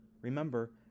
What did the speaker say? Remember